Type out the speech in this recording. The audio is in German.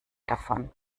davon